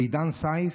זידאן סייף,